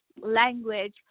language